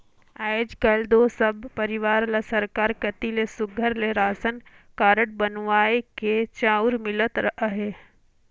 आएज काएल दो सब परिवार ल सरकार कती ले सुग्घर ले रासन कारड बनुवाए के चाँउर मिलत अहे